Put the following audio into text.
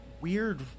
weird